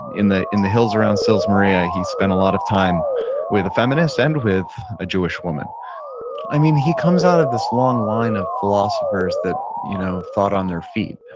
in the in the hills around sils maria he spent a lot of time with a feminist and with a jewish woman i mean, he comes out of this long line of philosophers that, you know, thought on their feet,